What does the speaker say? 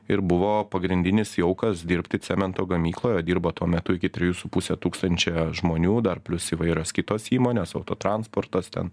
ir buvo pagrindinis jaukas dirbti cemento gamykloj o dirbo tuo metu iki trijų su puse tūkstančio žmonių dar plius įvairios kitos įmonės auto transportas ten